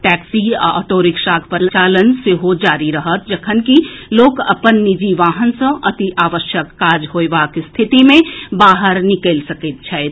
taxi आ auto रिक्शाक परिचालन जारी रहत जखनकि लोक अपन निजी वाहन सँ अति आवश्यक काज होयबाक स्थिति मे बाहर निकलि सकैत छथि